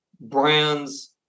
brands